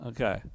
Okay